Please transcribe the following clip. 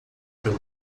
pelo